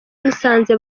musanze